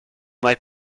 might